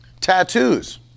Tattoos